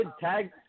tag